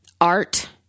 art